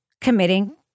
committing